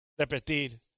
Repetir